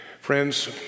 Friends